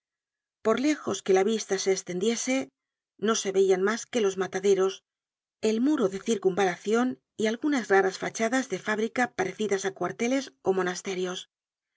por lejos que la vista se estendiese no se veian mas que los mataderos el muro de circunvalacion y algunas raras fachadas de fábricas parecidas á cuarteles ó á monasterios